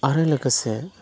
आरो लोगोसे